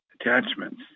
attachments